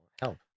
help